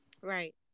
right